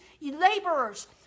laborers